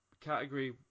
category